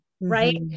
right